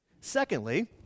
Secondly